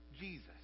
Jesus